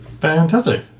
Fantastic